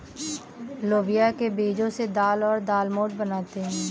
लोबिया के बीजो से दाल और दालमोट बनाते है